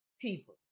people